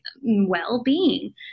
well-being